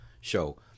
show